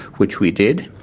which we did,